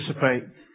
participate